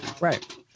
Right